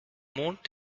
mond